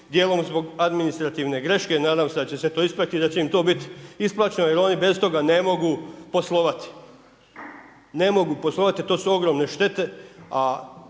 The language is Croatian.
dijelom zbog administrativne greške, nadam se da će se to ispraviti i da će im to biti isplaćeno jer oni bez toga ne mogu poslovati. Ne mogu poslovati, to su ogromne štete